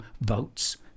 votes